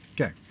Okay